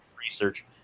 research